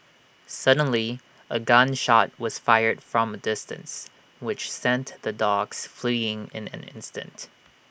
suddenly A gun shot was fired from A distance which sent the dogs fleeing in an instant